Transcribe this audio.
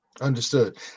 Understood